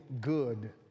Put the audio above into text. good